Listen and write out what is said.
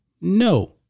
No